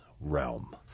realm